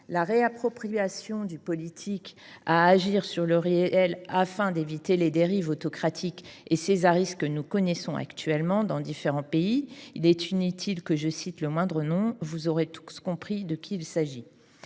la réappropriation par le politique de sa capacité à agir sur le réel afin d’éviter les dérives autocratiques et césaristes que nous connaissons actuellement dans différents pays. Il est inutile que je cite le moindre nom ; vous aurez tous compris de qui il s’agit,